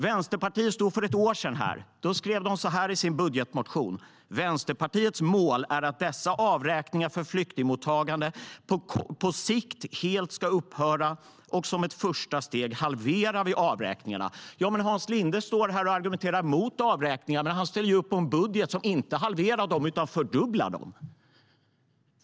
Vänsterpartiet skrev för ett år sedan i sin budgetmotion: "Vänsterpartiets mål är att dessa avräkningar för flyktingmottagande på sikt helt ska upphöra och som ett första steg halverar vi avräkningarna för flyktingmottagande. "Hans Linde står nu här och argumenterar emot avräkningar men ställer upp på en budget som inte halverar dem utan fördubblar dem.